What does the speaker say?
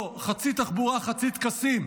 לא, חצי תחבורה חצי טקסים,